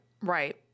right